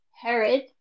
Herod